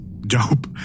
Dope